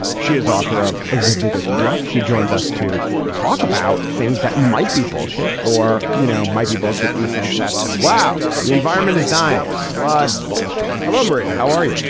she is author of of the biggest bluff. she joins us to talk about things that might be bullshit or, you know, might be bullshit in the sense that, wow, the environment is dying. what bullshit. hello, maria. how are you?